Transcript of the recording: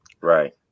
Right